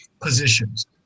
positions